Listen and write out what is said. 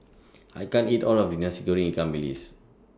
I can't eat All of This Nasi Goreng Ikan Bilis